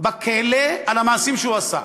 בכלא על המעשים שהוא עשה?